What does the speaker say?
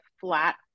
flat